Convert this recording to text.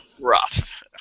rough